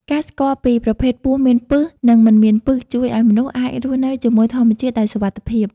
ការស្គាល់ពីប្រភេទពស់មានពិស និងមិនមានពិស ជួយឱ្យមនុស្សអាចរស់នៅជាមួយធម្មជាតិដោយសុវត្ថិភាព។